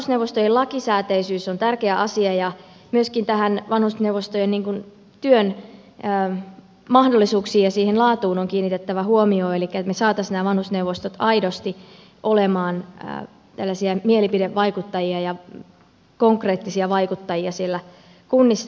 vanhusneuvostojen lakisääteisyys on tärkeä asia ja myöskin vanhusneuvostojen työn mahdollisuuksiin ja laatuun on kiinnitettävä huomiota että me saisimme nämä vanhusneuvostot aidosti olemaan tällaisia mielipidevaikuttajia ja konkreettisia vaikuttajia siellä kunnissa